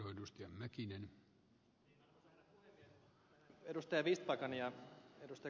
vistbackan ja ed